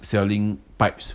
selling pipes